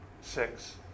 six